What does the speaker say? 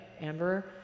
Amber